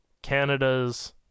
Canada's